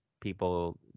people